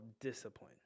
discipline